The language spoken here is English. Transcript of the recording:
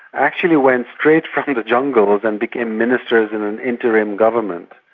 actually went straight from the jungles and became ministers in an interim government.